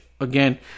again